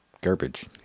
garbage